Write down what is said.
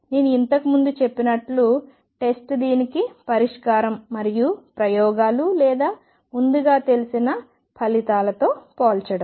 నేను ఇంతకు ముందు చెప్పినట్లుగా టెస్ట్ దీనికి పరిష్కారం మరియు ప్రయోగాలు లేదా ముందుగా తెలిసిన ఫలితాలతో పోల్చడం